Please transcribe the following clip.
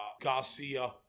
Garcia